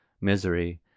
misery